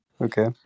Okay